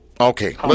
okay